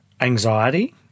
anxiety